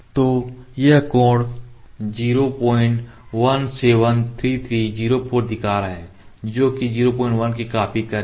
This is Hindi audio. तो यह कोण 0173304 दिखा रहा है जो कि 01 के काफी करीब है